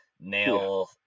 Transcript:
nail